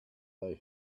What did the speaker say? they